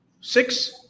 Six